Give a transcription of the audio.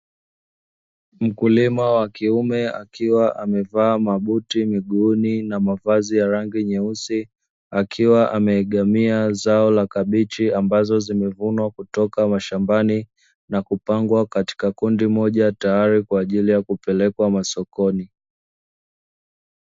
Mkulima wa kiume akiwa amevaa mabuti miguuni na mavazi ya rangi nyeusi, akiwa ameegamia zao la kabichi ambazo zimevunwa kutoka mashambani na kupangwa katika kundi moja tayari kwa ajili ya kupelekwa masokoni.